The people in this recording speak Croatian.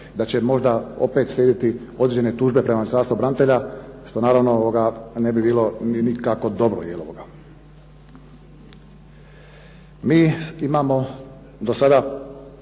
da će možda opet slijediti određene tužbe prema Ministarstvu branitelja što naravno ne bi bilo nikako dobro. Mi imamo do sada